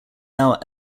out